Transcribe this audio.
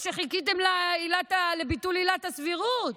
לא שחיכיתם לביטול עילת הסבירות,